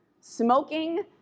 smoking